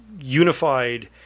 unified